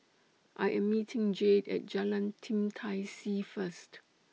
I Am meeting Jade At Jalan Tim Tai See First